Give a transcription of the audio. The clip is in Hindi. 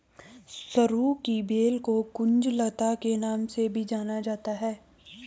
सरू की बेल को कुंज लता के नाम से भी जाना जाता है